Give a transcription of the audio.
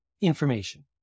information